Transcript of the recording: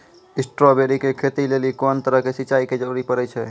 Strawberry के खेती लेली कोंन तरह के सिंचाई के जरूरी पड़े छै?